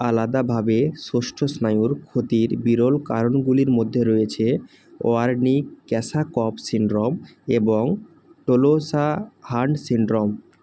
আলাদাভাবে ষষ্ঠ স্নায়ুর ক্ষতির বিরল কারণগুলির মধ্যে রয়েছে ওয়ার্নিক করসাকফ সিনড্রোম এবং টোলোসা হান্ট সিনড্রোম